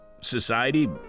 society